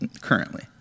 currently